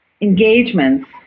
engagements